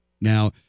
Now